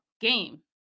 game